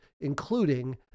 including